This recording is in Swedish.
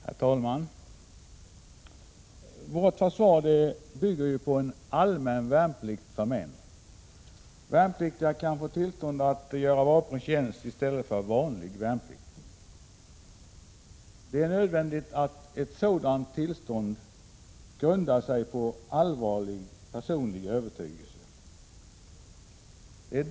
Herr talman! Vårt försvar bygger på allmän värnplikt för män. Värnpliktiga kan få tillstånd att göra vapenfri tjänst i stället för vanlig värnplikt. Det är nödvändigt att ett sådant tillstånd grundar sig på allvarlig personlig övertygelse.